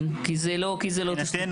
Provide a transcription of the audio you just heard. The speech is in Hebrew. כן, כי זה לא, זה לא תשתית.